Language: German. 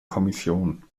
kommission